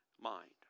mind